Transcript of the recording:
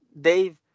Dave